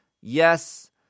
Yes